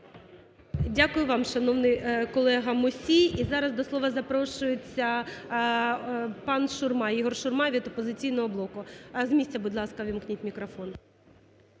Дякую вам, шановний колего Мусій. І зараз до слова запрошується пан Шурма, Ігор Шурма від "Опозиційного блоку". З місця, будь ласка, ввімкніть мікрофон.